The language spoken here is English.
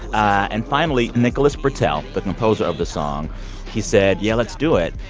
and finally, nicholas britell, the composer of the song he said, yeah, let's do it.